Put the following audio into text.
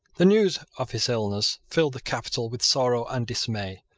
the news of his illness filled the capital with sorrow and dismay.